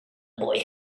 boy